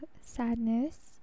sadness